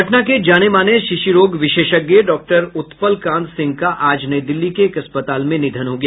पटना के जाने माने शिश्र रोग विशेषज्ञ डॉक्टर उत्पलकांत सिंह का आज नई दिल्ली के एक अस्पताल में निधन हो गया